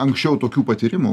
anksčiau tokių patyrimų